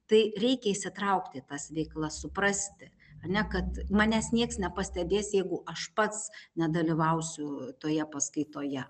tai reikia įsitraukti į tas veiklas suprasti ar ne kad manęs nieks nepastebės jeigu aš pats nedalyvausiu toje paskaitoje